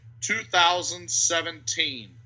2017